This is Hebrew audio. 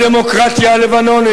בדמוקרטיה הלבנונית,